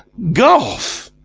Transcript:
golf!